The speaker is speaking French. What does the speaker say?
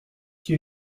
qui